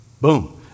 Boom